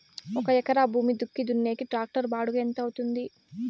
ఒక ఎకరా భూమి దుక్కి దున్నేకి టాక్టర్ బాడుగ ఎంత అవుతుంది?